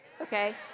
Okay